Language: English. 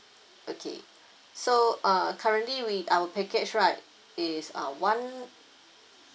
okay so uh currently we our package right is uh one